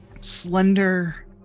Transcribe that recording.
Slender